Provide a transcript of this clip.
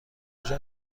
کجا